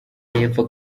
y’epfo